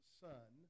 son